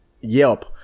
Yelp